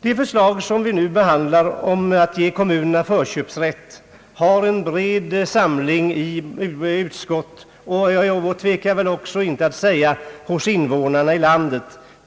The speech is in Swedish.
Det förslag som vi nu behandlar om att ge kommunerna förköpsrätt har fått en bred anslutning i utskottet och — jag tvekar inte att påstå det — hos invånarna i landet.